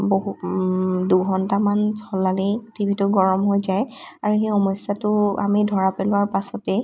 বহু দুঘণ্টামান চলালেই টিভিটো গৰম হৈ যায় আৰু সেই সমস্য়াটো আমি ধৰা পেলোৱাৰ পাছতেই